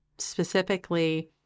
Specifically